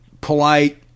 polite